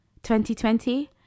2020